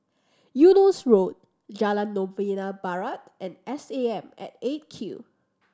Eunos Road Jalan Novena Barat and S A M at Eight Q